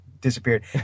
disappeared